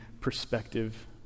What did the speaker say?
perspective